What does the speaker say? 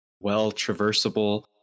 well-traversable